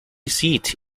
seat